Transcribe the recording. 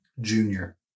Junior